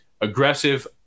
aggressive